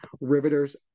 Riveters